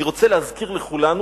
אני רוצה להזכיר לכולנו,